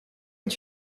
est